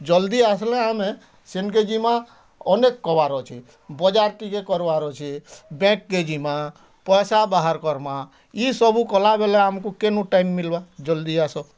ଜଲ୍ଦି ଆସିଲେ ଆମେ ସେନକେ ଜିମାଁ ଅନେକ କବାର୍ ଅଛି ବଜାର୍ ଟିକେ କରବାର୍ ଅଛି ବ୍ୟାଙ୍କ କେ ଜିମାଁ ପଇସାଁ ବାହାର କରମାଁ ଇସବୁ କଲାବେଲେ ଆମକୁ କେନୁ ଟାଇମ୍ ମିଲ୍ବା ଜଲ୍ଦି ଆସ